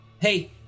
Hey